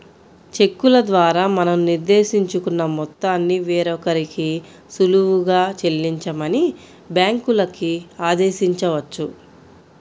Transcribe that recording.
చెక్కుల ద్వారా మనం నిర్దేశించుకున్న మొత్తాన్ని వేరొకరికి సులువుగా చెల్లించమని బ్యాంకులకి ఆదేశించవచ్చు